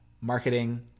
marketing